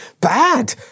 bad